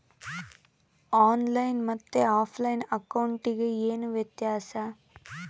On line ಮತ್ತೆ offline ಅಕೌಂಟಿಗೆ ಏನು ವ್ಯತ್ಯಾಸ?